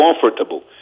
comfortable